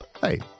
Hey